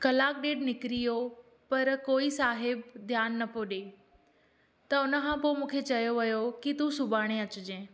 कलाक ॾेढ निकरी वियो पर कोई साहिब ध्यान न पियो ॾिए त उन खां पोइ मूंखे चयो वयो कि तू सुभाणे अचजएं